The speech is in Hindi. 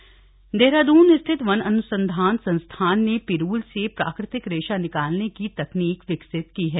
रेशा तकनीक देहरादून स्थित वन अन्संधान संस्थान ने पिरूल से प्राकृतिक रेशा निकालने की तकनीक विकसित की है